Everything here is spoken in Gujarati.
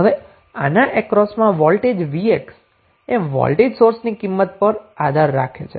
હવે આના અક્રોસમાં વોલ્ટેજ vx એ વોલ્ટેજ સોર્સની કિંમત પર આધાર રાખે છે